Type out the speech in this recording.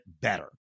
better